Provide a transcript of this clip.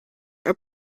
are